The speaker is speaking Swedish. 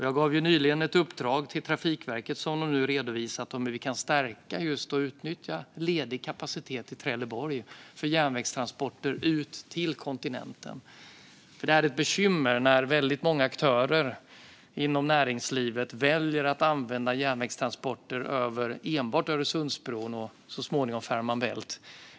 Jag gav nyligen ett uppdrag till Trafikverket, som nu har redovisats, om hur vi kan stärka och utnyttja ledig kapacitet i Trelleborg för järnvägstransporter till kontinenten. Det är ett bekymmer när många aktörer inom näringslivet väljer att använda järnvägstransporter enbart över Öresundsbron och så småningom Fehmarn Bält.